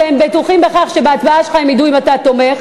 שהם בטוחים בכך שבהצבעה שלך הם ידעו אם אתה תומך.